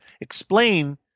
explain